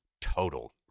total